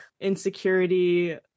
insecurity